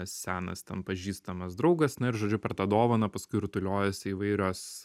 senas ten pažįstamas draugas na ir žodžiu per tą dovaną paskui rutuliojasi įvairios